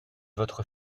votre